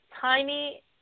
tiny